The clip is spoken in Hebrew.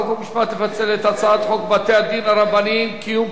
חוק ומשפט לפצל את הצעת חוק בתי-דין רבניים (קיום